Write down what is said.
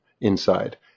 inside